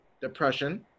depression